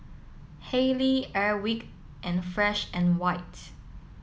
Haylee Airwick and Fresh and White